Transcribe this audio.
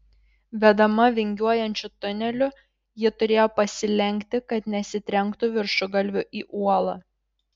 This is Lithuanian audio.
vedama vingiuojančiu tuneliu ji turėjo pasilenkti kad nesitrenktų viršugalviu į uolą